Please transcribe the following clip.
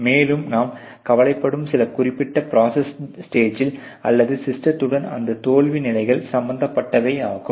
மேலும் நாம் கவலைப்படும் சில குறிப்பிட்ட ப்ரோசஸ் ஸ்டேஜில் அல்லது சிஸ்டத்துடன் இந்த தோல்வி நிலைகள் சம்மந்தப்பட்டவை ஆகும்